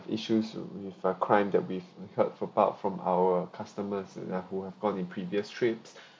issues with a crime that we've heard for part from our customers who have gone in previous trips